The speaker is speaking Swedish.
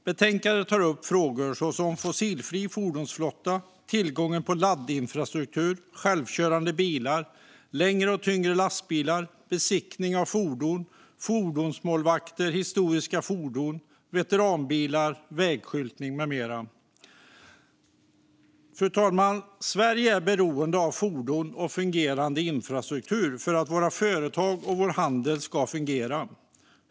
Betänkandet tar upp frågor såsom fossilfri fordonsflotta, tillgången på laddinfrastruktur, självkörande bilar, längre och tyngre lastbilar, besiktningen av fordon, fordonsmålvakter, historiska fordon och veteranbilar, vägskyltning med mera. Fru talman! Vi i Sverige är beroende av fordon och fungerande infrastruktur för att våra företag och vår handel ska fungera.